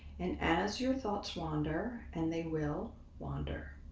and as your thoughts wander and they will wander.